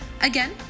Again